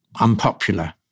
unpopular